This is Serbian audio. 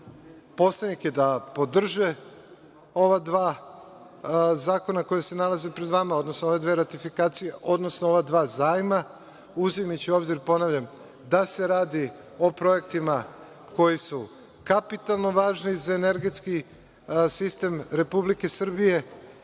poslanike da podrže ova dva zakona koji se nalaze pred vama, odnosno ove dve ratifikacije, odnosno ova dva zajma, uzimajući u obzir, ponavljam, da se o projektima koji su kapitalno važni za energetski sistem Republike Srbije